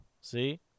See